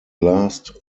last